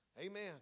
Amen